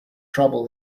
trouble